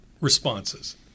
responses